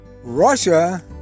Russia